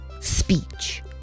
speech